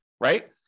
right